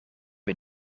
een